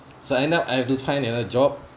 so end up I have to find another job